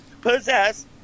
possess